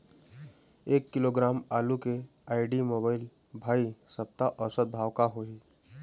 एक किलोग्राम आलू के आईडी, मोबाइल, भाई सप्ता औसत भाव का होही?